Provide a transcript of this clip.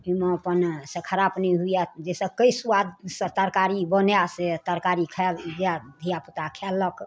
ओहिमे अपन से खराब नहि हुअए जाहिसँ कै सुआदसँ तरकारी बनै से तरकारी खाएब धिआपुता खेलक